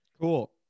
Cool